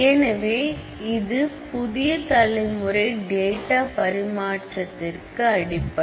எனவே இது புதிய தலைமுறை டேட்டா பரிமாற்றத்திற்கு அடிப்படை